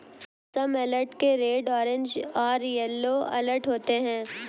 मौसम अलर्ट के red orange और येलो अलर्ट होते हैं